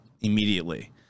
immediately